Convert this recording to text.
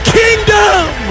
kingdom